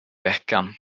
veckan